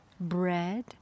bread